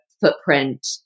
footprint